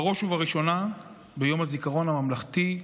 בראש ובראשונה ביום הזיכרון הממלכתי,